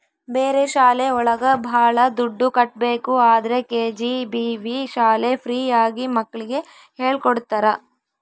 ಬೇರೆ ಶಾಲೆ ಒಳಗ ಭಾಳ ದುಡ್ಡು ಕಟ್ಬೇಕು ಆದ್ರೆ ಕೆ.ಜಿ.ಬಿ.ವಿ ಶಾಲೆ ಫ್ರೀ ಆಗಿ ಮಕ್ಳಿಗೆ ಹೇಳ್ಕೊಡ್ತರ